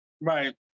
Right